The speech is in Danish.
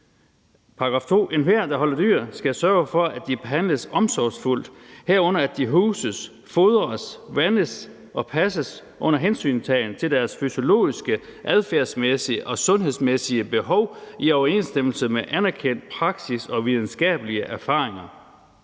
»Enhver, der holder dyr, skal sørge for, at de behandles omsorgsfuldt, herunder at de huses, fodres, vandes og passes under hensyntagen til deres fysiologiske, adfærdsmæssige og sundhedsmæssige behov i overensstemmelse med anerkendte praktiske og videnskabelige erfaringer.«